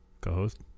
co-host